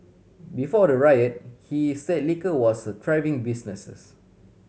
before the riot he said liquor was a thriving businesses